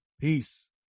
peace